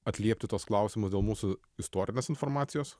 atliepti tuos klausimus dėl mūsų istorinės informacijos